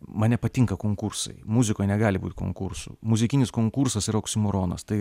man nepatinka konkursai muzikoj negali būt konkursų muzikinis konkursas yra oksimoronas tai